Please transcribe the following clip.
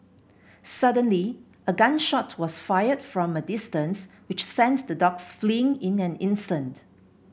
suddenly a gun shot was fired from a distance which sent the dogs fleeing in an instant